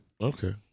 okay